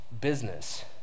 business